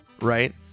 right